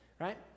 right